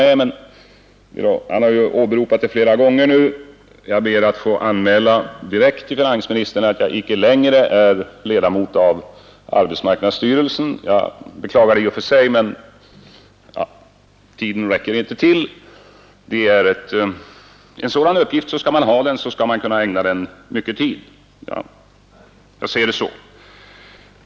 Men han har flera gånger åberopat den saken, och därför ber jag att direkt till finansministern få anmäla att jag inte längre är ledamot av arbetsmarknadsstyrelsen. Jag beklagar det i och för sig, men tiden räcker inte till. Skall man ha en sådan uppgift, så skall man kunna ägna den mycken tid. Jag ser det så.